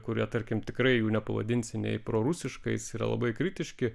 kurie tarkim tikrai jų nepavadinsi nei prorusiškais yra labai kritiški